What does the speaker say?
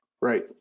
right